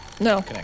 No